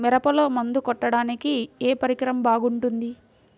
మిరపలో మందు కొట్టాడానికి ఏ పరికరం బాగుంటుంది?